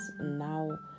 now